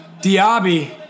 Diaby